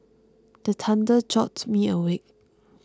the thunder jolt me awake